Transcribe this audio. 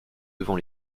devant